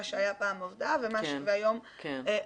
מה שהיה פעם עובדה והיום רמון.